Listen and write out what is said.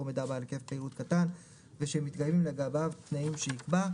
מידע בעל היקף פעילות קטן ושמתקיימים לגביו תנאים שיקבע.